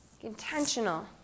intentional